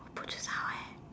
我不知道 eh